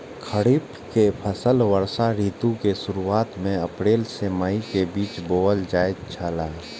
खरीफ के फसल वर्षा ऋतु के शुरुआत में अप्रैल से मई के बीच बौअल जायत छला